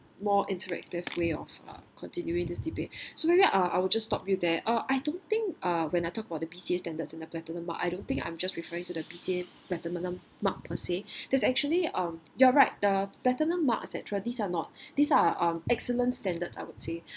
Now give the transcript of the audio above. more interactive way of uh continuing this debate so maybe I I will just stop you there uh I don't think uh when I talk about the B_C_A standard and the platinum mark I don't think I'm just referring to the B_C_A platinum mark per se there's actually um you're right the platinum mark et cetera